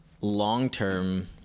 Long-term